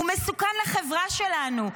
הוא מסוכן לחברה שלנו.